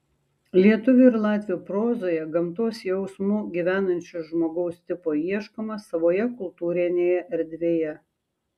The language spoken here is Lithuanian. lietuvių ir latvių prozoje gamtos jausmu gyvenančio žmogaus tipo ieškoma savoje kultūrinėje erdvėje